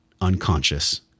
Unconscious